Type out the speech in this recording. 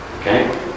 Okay